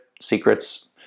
secrets